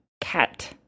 cat